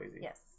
Yes